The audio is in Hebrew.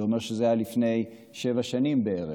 זה אומר שזה היה לפני שבע שנים בערך.